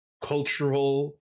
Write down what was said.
cultural